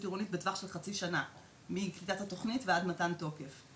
עירונית בטווח של חצי שנה מקליטת התוכנית ועד למתן התוקף עליה.